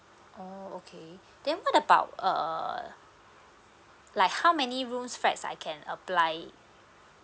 oh okay then what about err like how many rooms flats I can apply